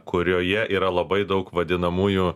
kurioje yra labai daug vadinamųjų